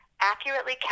accurately